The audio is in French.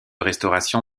restauration